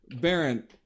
baron